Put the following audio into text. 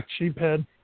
Sheephead